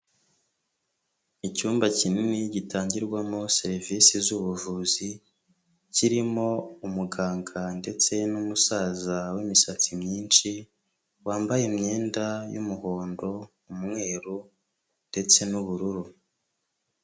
Icyumba kinini gitangirwamo serivisi z'ubuvuzi kirimo umuganga ndetse n'umusaza w'imisatsi myinshi, wambaye imyenda y'umuhondo, umweru ndetse n'ubururu.